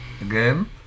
again